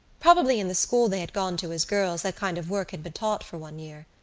probably in the school they had gone to as girls that kind of work had been taught for one year.